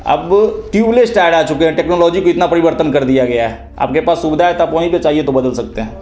अब वह tubeless tyre आ चुके हैं टेक्नॉलजी को इतना परिवर्तन कर दिया गया है आपके पास सुविधा है तो आप वहीं पर चाहिए तो बदल सकते हैं